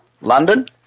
London